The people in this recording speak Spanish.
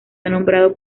nombrado